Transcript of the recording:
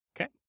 Okay